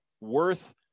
worth